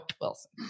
Wilson